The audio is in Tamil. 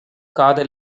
காத